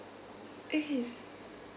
okay